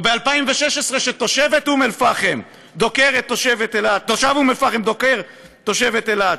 או ל-2016, כשתושב אום אלפחם דוקר תושבת אלעד,